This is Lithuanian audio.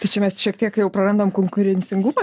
tai čia mes šiek tiek jau prarandam konkurencingumą